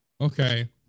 Okay